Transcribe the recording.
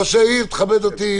ראש העיר, תכבד אותי.